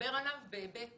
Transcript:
לדבר עליו בהיבט